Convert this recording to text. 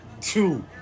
Two